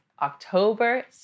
October